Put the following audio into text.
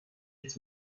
its